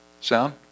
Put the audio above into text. sound